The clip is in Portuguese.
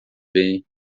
bem